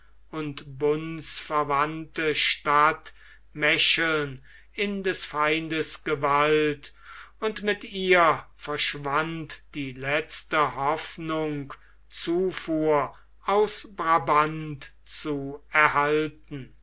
und bundsverwandte stadt mecheln in des feindes gewalt und mit ihr verschwand die letzte hoffnung zufuhr aus brabant zu erhalten